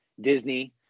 Disney